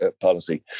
policy